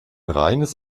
reines